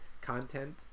content